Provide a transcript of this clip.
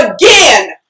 again